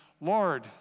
Lord